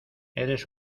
eres